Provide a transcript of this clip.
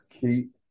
keep